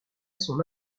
son